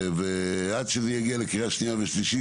ועד שזה יגיע לקריאה שנייה ושלישית